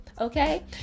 Okay